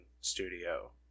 studio